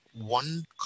One